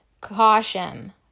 Caution